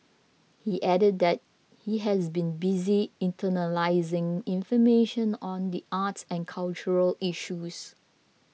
he added that he has been busy internalising information on the arts and cultural issues